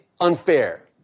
unfair